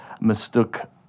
mistook